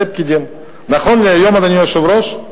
אדוני היושב-ראש,